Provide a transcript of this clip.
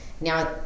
now